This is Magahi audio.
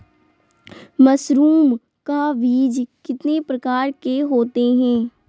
मशरूम का बीज कितने प्रकार के होते है?